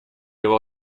его